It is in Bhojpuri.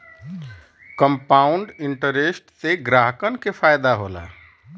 कंपाउंड इंटरेस्ट से ग्राहकन के फायदा होला